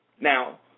Now